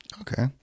Okay